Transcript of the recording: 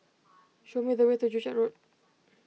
show me the way to Joo Chiat Road